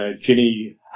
Ginny